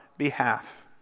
behalf